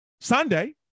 Sunday